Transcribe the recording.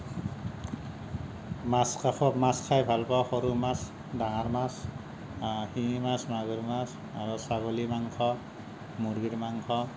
মাছ কাখ মাছ খাই ভাল পাওঁ সৰু মাছ ডাঙৰ মাছ শিঙি মাছ মাগুৰ মাছ আৰু ছাগলী মাংস মূৰ্গীৰ মাংস